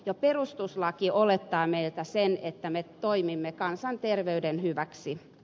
jo perustuslaki olettaa meiltä sitä että me toimimme kansanterveyden hyväksi